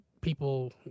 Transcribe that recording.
people